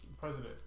President